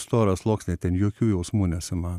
storą sluoksnį ten jokių jausmų nesima